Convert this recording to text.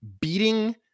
beating